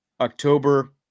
October